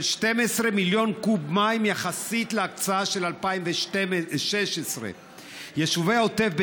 12 מיליון קוב מים יחסית להקצאה של 2016. יישובי העוטף,